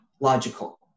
logical